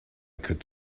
could